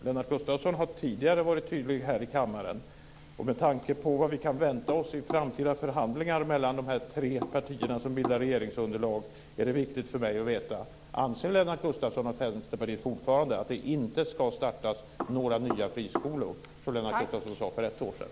Lennart Gustavsson har tidigare varit tydlig här i kammaren. Med tanke på vad vi kan vänta oss i framtida förhandlingar mellan de tre partier som bildar regeringsunderlag är det viktigt för mig att veta: Anser Lennart Gustavsson och Vänsterpartiet fortfarande att det inte ska startas några nya friskolor, som Lennart Gustavsson sade för ett år sedan?